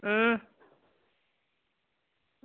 अं